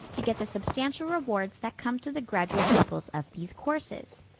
to get the substantial rewards that come to the graduate pupils of these courses.